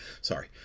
Sorry